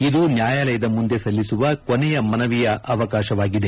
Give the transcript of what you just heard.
ಇದು ನ್ಯಾಯಾಲಯದ ಮುಂದೆ ಸಲ್ಲಿಸುವ ಕೊನೆಯ ಮನವಿ ಅವಕಾಶವಾಗಿದೆ